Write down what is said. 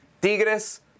Tigres